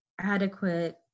adequate